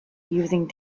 using